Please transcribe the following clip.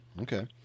Okay